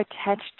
attached